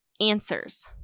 answers